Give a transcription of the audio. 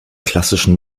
klassischen